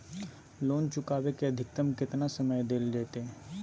Loan चुकाबे के अधिकतम केतना समय डेल जयते?